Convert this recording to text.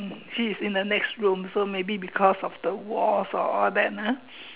she's in the next room so maybe because of the walls or all that ah